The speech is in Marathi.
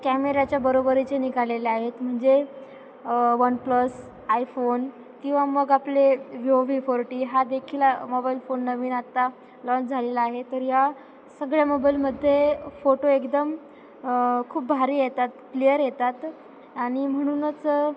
कॅमेऱ्याच्या बरोबरीचे निघालेले आहेत म्हणजे वन प्लस आयफोन किंवा मग आपले व्होवी फोर्टी हा देखील मोबाईल फोन नवीन आत्ता लाँच झालेला आहे तर या सगळ्या मोबाईलमध्ये फोटो एकदम खूप भारी येतात क्लियर येतात आणि म्हणूनच